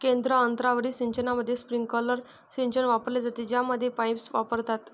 केंद्र अंतरावरील सिंचनामध्ये, स्प्रिंकलर सिंचन वापरले जाते, ज्यामध्ये पाईप्स वापरतात